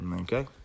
Okay